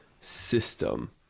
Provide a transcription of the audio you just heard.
system